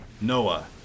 Noah